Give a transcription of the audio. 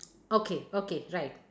okay okay right